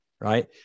Right